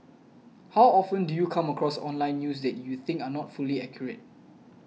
how often do you come across online news you think are not fully accurate